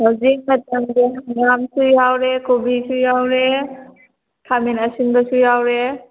ꯍꯧꯖꯤꯛ ꯃꯇꯝꯒꯤ ꯍꯪꯒꯥꯝꯁꯨ ꯌꯥꯎꯔꯦ ꯀꯣꯕꯤꯁꯨ ꯌꯥꯎꯔꯦ ꯈꯥꯃꯦꯟ ꯑꯁꯤꯟꯕꯁꯨ ꯌꯥꯎꯔꯦ